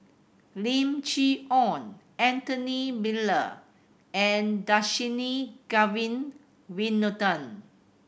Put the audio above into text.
Lim Chee Onn Anthony Miller and Dhershini Govin Winodan